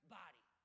body